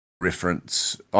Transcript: reference